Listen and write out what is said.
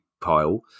pile